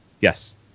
yes